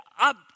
up